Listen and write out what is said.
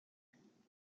nan